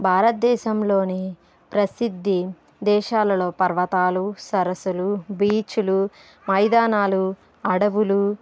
భారతదేశంలోని ప్రసిద్ధి దేశాలలో పర్వతాలు సరస్సులు బీచ్లు మైదానాలు అడవులు